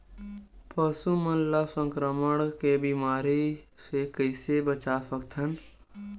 पशु मन ला संक्रमण के बीमारी से कइसे बचा सकथन?